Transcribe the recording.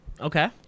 Okay